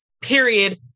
period